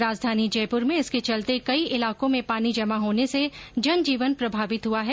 राजधानी जयपुर में इसके चलते कई इलाकों में पानी जमा होने से जन जीवन प्रभावित हुआ है